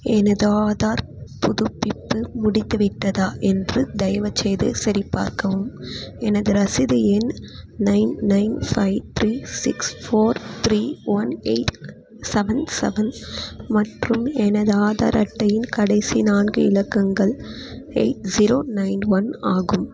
எனது ஆதார் புதுப்பிப்பு முடித்துவிட்டதா என்று தயவுசெய்து சரிபார்க்கவும் எனது ரசீது எண் nine nine five three six four three one eight seven seven மற்றும் எனது ஆதார் ஆதார் அட்டையின் கடைசி நான்கு இலக்கங்கள் எயிட் ஸீரோ நைன் ஒன் ஆகும்